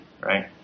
right